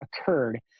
occurred